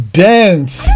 dance